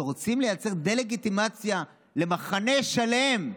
כשרוצים לייצר דה-לגיטימציה למחנה שלם,